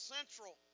Central